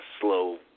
slow